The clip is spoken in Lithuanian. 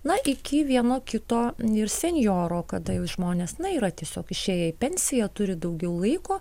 na iki vieno kito ir senjoro kada jau žmonės na yra tiesiog išėję į pensiją turi daugiau laiko